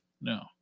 No